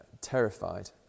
terrified